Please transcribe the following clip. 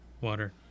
Water